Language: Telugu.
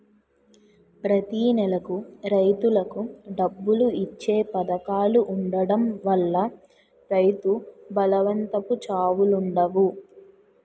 ప్రతి నెలకు రైతులకు డబ్బులు ఇచ్చే పధకాలు ఉండడం వల్ల రైతు బలవంతపు చావులుండవు